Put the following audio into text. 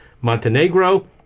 Montenegro